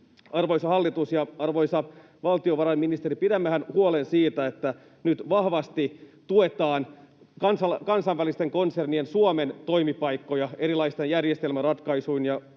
Arvoisa hallitus ja arvoisa valtiovarainministeri, pidämmehän huolen siitä, että nyt vahvasti tuetaan kansainvälisten konsernien Suomen-toimipaikkoja erilaisin järjestelmäratkaisuin ja